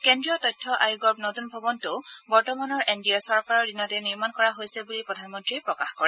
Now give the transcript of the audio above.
কেন্দ্ৰীয় তথ্য আয়োগৰ নতুন ভৱনটোও বৰ্তমানৰ এন ডি এ চৰকাৰৰ দিনতেই নিৰ্মাণ কৰা হৈছে বুলি প্ৰধানমন্ত্ৰীয়ে প্ৰকাশ কৰে